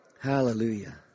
hallelujah